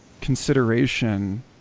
consideration